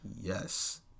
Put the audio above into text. Yes